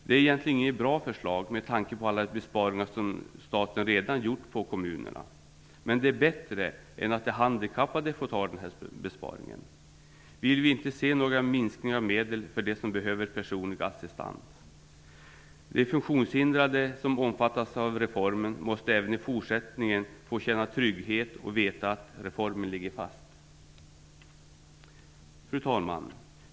Det är egentligen inget bra förslag, med tanke på alla besparingar som staten redan gjort på kommunerna, men det är bättre än att de handikappade får ta besparingen. Vi vill inte se några minskningar av medel för dem som behöver personlig assistans. De funktionshindrade som omfattas av reformen måste även i fortsättningen få känna trygghet och veta att reformen ligger fast. Fru talman!